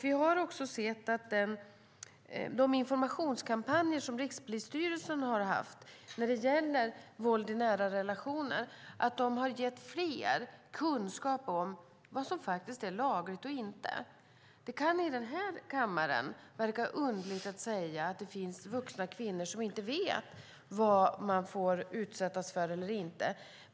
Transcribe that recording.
Vi har också sett att de informationskampanjer som Rikspolisstyrelsen har bedrivit om våld i nära relationer har gett fler kunskap om vad som är lagligt och inte lagligt. I den här kammaren kan det verka underligt att säga att det finns vuxna kvinnor som inte vet vad man får utsättas för eller inte.